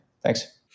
thanks